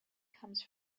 comes